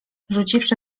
rzuciwszy